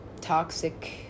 toxic